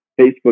Facebook